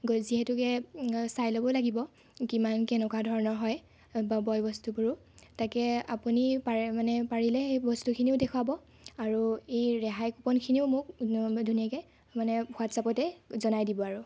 যিহেতুকে চাই ল'ব লাগিব কিমান কেনেকুৱা ধৰণৰ হয় বয় বস্তুবোৰো তাকে আপুনি পাৰে মানে পাৰিলে সেই বস্তুখিনিও দেখুৱাব আৰু এই ৰেহাই কুপনখিনিও মোক ধুনীয়াকৈ মানে হোৱাটছআপতে জনাই দিব আৰু